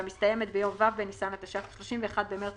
והמסתיימת ביום ו' בניסן התש"ף (31 במרס